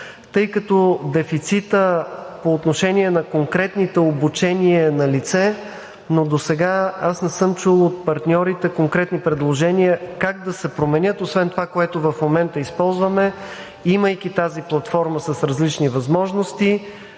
Тъй като дефицитът по отношение на конкретните обучения е налице, но досега аз не съм чул от партньорите конкретни предложения как да се променят освен това, което в момента използваме, имайки тази платформа с различни възможности,